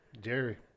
Jerry